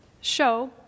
Show